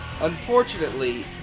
Unfortunately